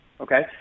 Okay